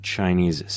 Chinese